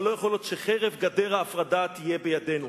אבל לא יכול להיות שחרב גדר ההפרדה תהיה בידינו.